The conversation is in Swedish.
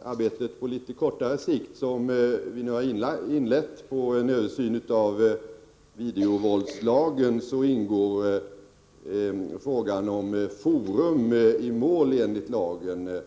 det arbete på kortare sikt som vi har inlett på en översyn av videovåldslagen ingår frågan om forum i mål enligt lagen.